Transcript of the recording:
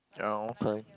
ya okay